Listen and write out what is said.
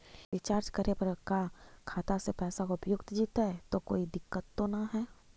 Recharge करे पर का खाता से पैसा उपयुक्त जितै तो कोई दिक्कत तो ना है?